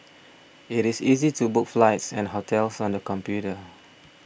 it is easy to book flights and hotels on the computer